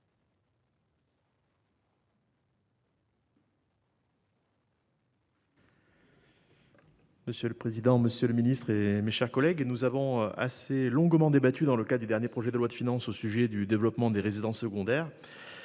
Monsieur le président, monsieur le ministre et mes chers collègues, nous avons assez longuement débattu dans le cas du dernier projet de loi de finances au sujet du développement des résidences secondaires.